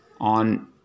on